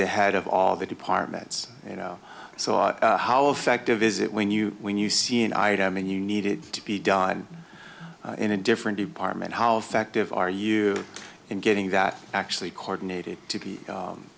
the head of all the departments you know so how effective is it when you when you see an item in you needed to be done in a different department how effective are you in getting that actually cord